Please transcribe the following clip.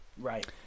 Right